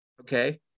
Okay